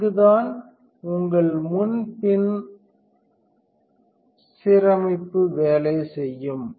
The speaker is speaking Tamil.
இங்குதான் உங்கள் முன் பின் பின் சீரமைப்பு வேலை செய்யும்